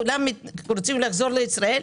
כולם רוצים לחזור לישראל,